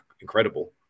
incredible